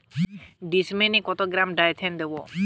ডিস্মেলে কত gram Dithane দেবো?